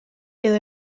edo